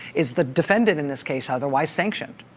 is the defendant in this case otherwise sanctioned?